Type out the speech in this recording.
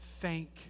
thank